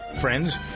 friends